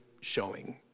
showing